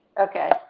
Okay